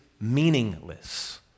meaningless